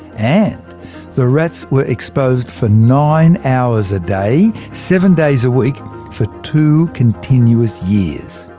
and the rats were exposed for nine hours a day, seven days a week for two continuous years.